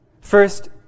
First